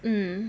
mm